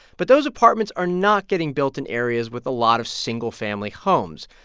but those apartments are not getting built in areas with a lot of single family homes.